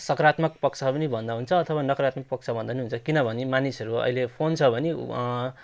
सकारात्मक पक्ष पनि भन्दा हुन्छ अथवा नकारात्मक पक्ष भन्दा पनि हुन्छ किनभने मानिसहरू अहिले फोन छ भने